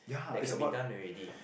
that can be done already